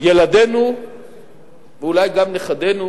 ילדינו ואולי גם נכדינו